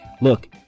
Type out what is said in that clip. Look